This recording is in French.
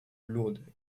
lourdes